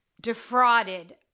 defrauded